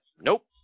Nope